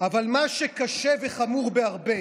אבל מה שקשה וחמור בהרבה